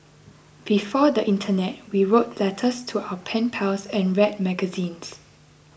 before the internet we wrote letters to our pen pals and read magazines